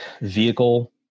vehicle